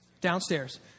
Downstairs